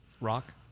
rock